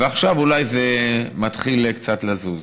ועכשיו אולי זה מתחיל קצת לזוז.